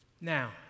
Now